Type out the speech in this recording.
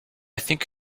think